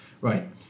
Right